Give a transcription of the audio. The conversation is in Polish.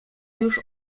już